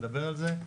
נדבר על זה.